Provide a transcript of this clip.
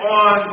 on